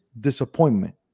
disappointment